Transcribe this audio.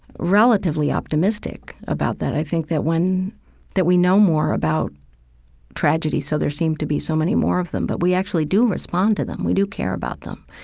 relatively optimistic about that. i think when that we know more about tragedy so there seem to be so many more of them, but we actually do respond to them. we do care about them.